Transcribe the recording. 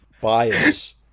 bias